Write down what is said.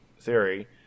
theory